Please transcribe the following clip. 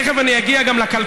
תכף אני אגיע גם לכלכלה,